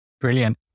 Brilliant